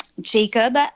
jacob